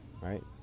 right